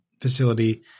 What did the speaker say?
Facility